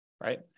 right